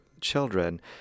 children